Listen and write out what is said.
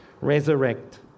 resurrect